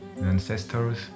ancestors